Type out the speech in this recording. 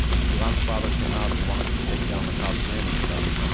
and tiran's father came out and wanted to take down the cop's name and stuff,